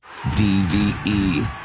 DVE